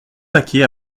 paquet